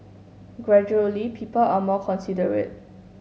gradually people are more considerate